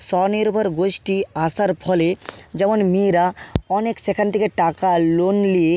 স্বনির্ভর গোষ্টী আসার ফলে যেমন মেয়েরা অনেক সেখান থেকে টাকা লোন নিয়ে